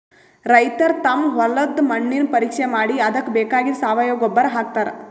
ರೈತರ್ ತಮ್ ಹೊಲದ್ದ್ ಮಣ್ಣಿನ್ ಪರೀಕ್ಷೆ ಮಾಡಿ ಅದಕ್ಕ್ ಬೇಕಾಗಿದ್ದ್ ಸಾವಯವ ಗೊಬ್ಬರ್ ಹಾಕ್ತಾರ್